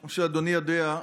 כמו שאדוני יודע,